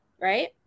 Right